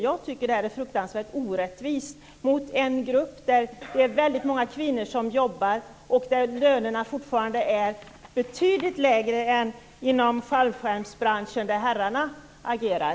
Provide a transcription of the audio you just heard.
Jag tycker att det är fruktansvärt orättvist mot en grupp med väldigt många kvinnor och med löner som fortfarande är betydligt lägre än lönerna inom fallskärmsbranschen, där herrarna agerar.